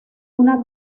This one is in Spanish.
una